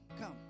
come